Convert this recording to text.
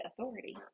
authority